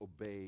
obey